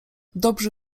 dobrzy